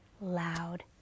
loud